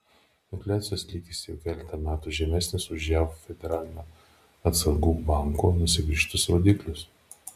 infliacijos lygis jau keletą metų žemesnis už jav federalinio atsargų banko nusibrėžtus rodiklius